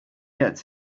get